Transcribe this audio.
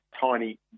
tiny